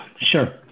Sure